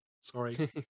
Sorry